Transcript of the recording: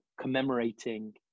commemorating